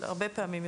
הרבה פעמים,